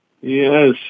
Yes